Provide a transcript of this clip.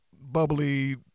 bubbly